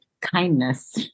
kindness